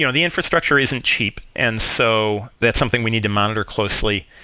you know the infrastructure isn't cheap, and so that's something we need to monitor closely.